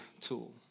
tool